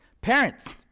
Parents